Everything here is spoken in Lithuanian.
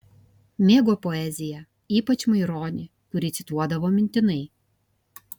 mėgo poeziją ypač maironį kurį cituodavo mintinai